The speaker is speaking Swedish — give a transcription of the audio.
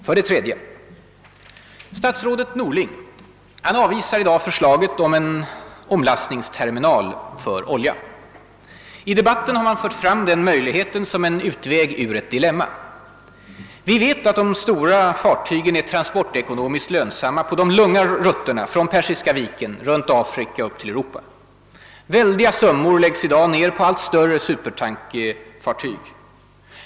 För det tredje avvisar statsrådet Norling i dag förslaget om en omlastningsterminal för olja. I debatten har man fört fram den möjligheten som en utväg ur ett dilemma. Vi vet att de stora fartygen är transportekonomiskt lönsamma på de långa routerna från Persiska viken runt Afrika upp till Europa. Väldiga summor läggs i dag ner på allt större supertankfartyg.